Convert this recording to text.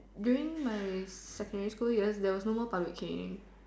during my secondary school there was no more public caning